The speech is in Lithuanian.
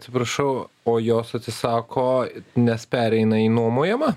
atsiprašau o jos atsisako nes pereina į nuomojamą